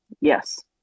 Yes